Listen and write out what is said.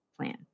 plan